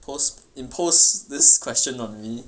pos~ impose this question on me